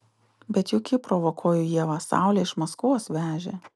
bet juk ji provokuoju ievą saulę iš maskvos vežė